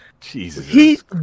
Jesus